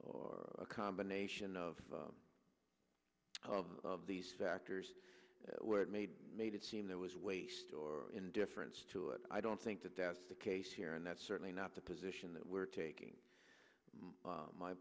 or a combination of all of these sectors where it made made it seem there was waste or indifference to it i don't think that that's the case here and that's certainly not the position that we're taking